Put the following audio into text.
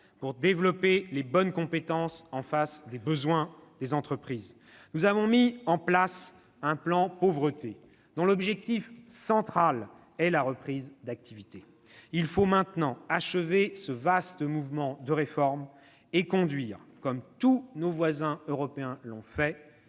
pour développer les bonnes compétences en face des besoins. Nous avons mis en place un plan Pauvreté dont l'objectif central est la reprise d'activité. Il faut maintenant achever ce vaste mouvement de réformes et conduire, comme tous nos voisins l'ont fait,